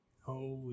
Holy